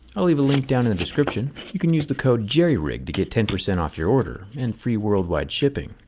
i'll leave a link down in the description. you can use the code jerryrig to get ten percent off your order and free worldwide shipping.